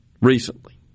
recently